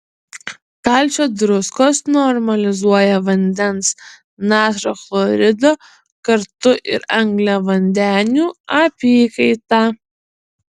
kalcio druskos normalizuoja vandens natrio chlorido kartu ir angliavandenių apykaitą